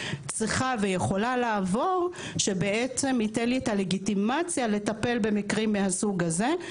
יכולה לעבור ותיתן לי את הלגיטימציה לטפל במקרים מהסוג הזה.